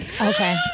Okay